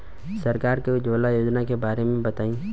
सरकार के उज्जवला योजना के बारे में बताईं?